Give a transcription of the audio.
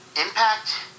Impact